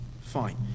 fine